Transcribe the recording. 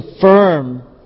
firm